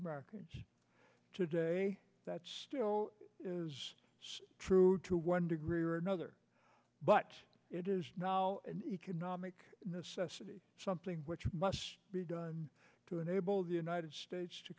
americans today that still is true to one degree or another but it is now an economic necessity something which must be done to enable the united states to